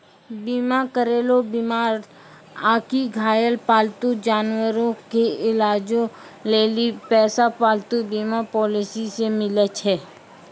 बीमा करैलो बीमार आकि घायल पालतू जानवरो के इलाजो लेली पैसा पालतू बीमा पॉलिसी से मिलै छै